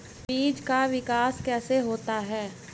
बीज का विकास कैसे होता है?